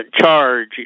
charge